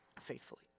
faithfully